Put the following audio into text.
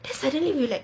then suddenly we like